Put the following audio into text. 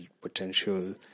potential